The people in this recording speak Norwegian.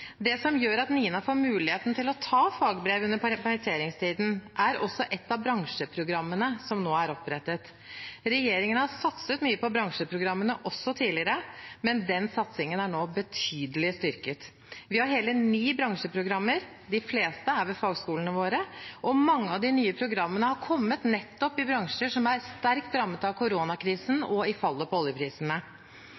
Det som gjør at Nina får muligheten til å ta fagbrev under permitteringstiden, er et av bransjeprogrammene som nå er opprettet. Regjeringen har satset mye på bransjeprogrammene også tidligere, men den satsingen er nå betydelig styrket. Vi har hele ni bransjeprogrammer. De fleste er ved fagskolene våre, og mange av de nye programmene er kommet nettopp i bransjer som er sterkt rammet av koronakrisen